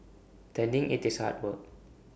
tending IT is hard work